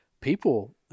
People